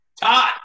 Todd